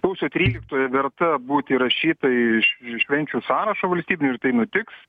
sausio tryliktoji verta būti įrašyta iš švenčių sąrašo valstybinių ir tai nutiks